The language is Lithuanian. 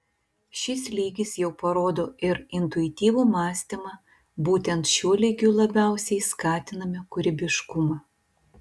šis lygis jau parodo ir intuityvų mąstymą būtent šiuo lygiu labiausiai skatiname kūrybiškumą